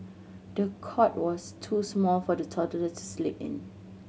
the cot was too small for the toddler to sleep in